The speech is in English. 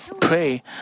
pray